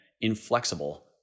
inflexible